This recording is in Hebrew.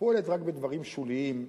פועלת רק בדברים שוליים,